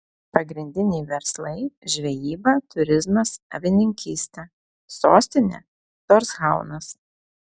pagrindiniai verslai žvejyba turizmas avininkystė sostinė torshaunas